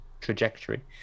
trajectory